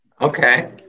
Okay